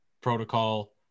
protocol